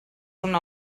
una